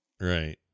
right